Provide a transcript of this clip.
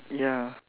ya